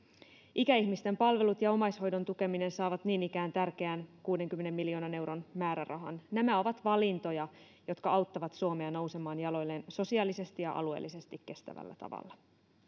ikäihmisten palvelut ja omaishoidon tukeminen saavat niin ikään tärkeän kuudenkymmenen miljoonan euron määrärahan nämä ovat valintoja jotka auttavat suomea nousemaan jaloilleen sosiaalisesti ja alueellisesti kestävällä tavalla